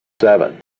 seven